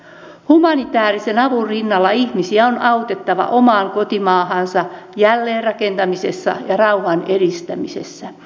humanitaarisen avun rinnalla ihmisiä on autettava oman kotimaansa jälleenrakentamisessa ja rauhan edistämisessä